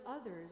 others